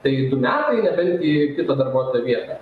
tai du metai nebent į kito darbuotojo vietą